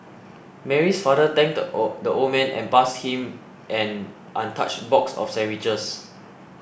Mary's father thanked the odd the old man and passed him an untouched box of sandwiches